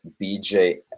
BJ